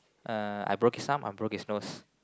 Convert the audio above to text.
uh I broke his arm I broke his nose